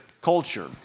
culture